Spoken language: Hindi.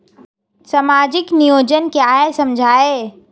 सामाजिक नियोजन क्या है समझाइए?